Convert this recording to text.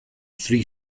three